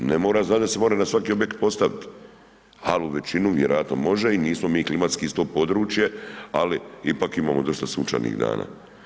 Ne mora značiti da se mora na svaki objekt postaviti ali u većinu vjerojatno može i nismo mi klimatski isto područje ali ipak imamo dosta sunčanih dana.